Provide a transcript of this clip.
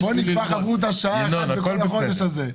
בוא נקבע חברותא של שעה בכל החודש הזה.